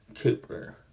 Cooper